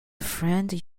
friend